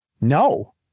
No